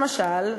למשל,